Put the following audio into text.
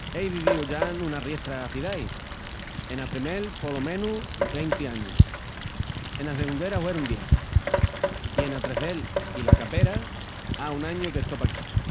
Ei vivíu ya nuna riestra cidais: ena primel polo menus venti añus, ena segundera hueron dies, i ena trecel i la cabera á un añu que estó paquí.